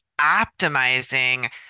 optimizing